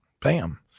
Bam